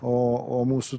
o mūsų